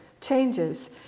changes